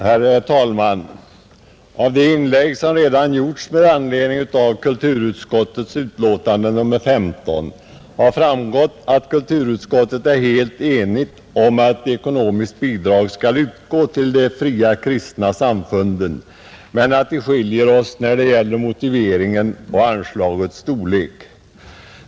Herr talman! Av de inlägg som gjorts med anledning av kulturutskottets betänkande nr 15 har framgått att kulturutskottet är helt enigt om att ekonomiskt bidrag skall utgå till de fria kristna samfunden men att vi i utskottet skiljer oss beträffande motiveringen och anslagets storlek.